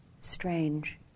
strange